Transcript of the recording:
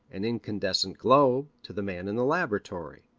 an incandescent globe, to the man in the laboratory.